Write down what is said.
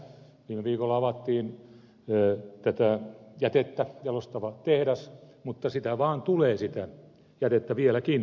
viime viikolla avattiin jätettä jalostava tehdas mutta sitä vaan tulee sitä jätettä vieläkin